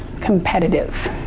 competitive